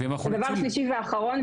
ודבר שלישי ואחרון,